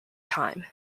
time